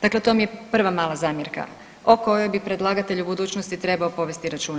Dakle, to mi je prva mala zamjerka o kojoj bi predlagatelj u budućnosti trebao povesti računa.